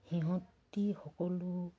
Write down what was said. সিহঁতি সকলো